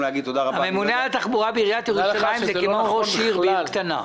הממונה על התחבורה בעיריית ירושלים זה כמו ראש עיר בעיר קטנה.